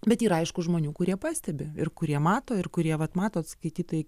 bet yra aišku žmonių kurie pastebi ir kurie mato ir kurie vat matot skaitytojai